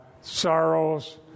sorrows